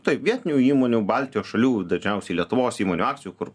taip vietinių įmonių baltijos šalių dažniausiai lietuvos įmonių akcijų kur